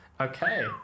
Okay